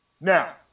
Now